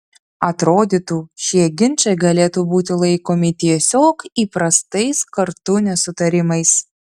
atrodytų šie ginčai galėtų būti laikomi tiesiog įprastais kartų nesutarimais